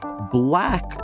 Black